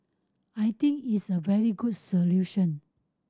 I think it's a very good solution